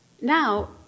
Now